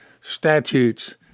statutes